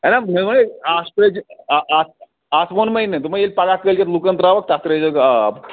اَتھ ترٛٲیزِ اَتھ ووٚنمَے مےٚ دوٚپمَے ییٚلہِ پگاہ کٲلۍکٮ۪تھ لوٗکَن ترٛاوَکھ تَتھ ترٛٲیزٮ۪کھ آب